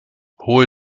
hohe